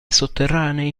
sotterranei